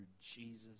Jesus